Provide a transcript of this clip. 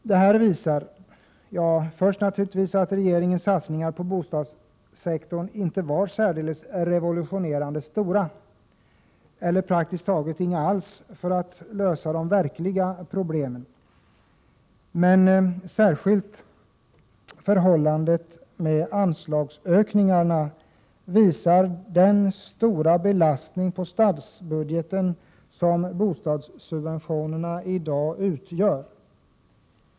Det här visar naturligtvis först och främst att regeringens satsningar på bostadssektorn inte var särdeles revolutionerande stora - eller praktiskt taget inga alls — när det gäller att lösa de verkliga problemen. Men särskilt förhållandet med anslagsökningarna visar den stora belastning på statsbudgeten som bostadssubventionerna i dag utgör.